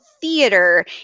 theater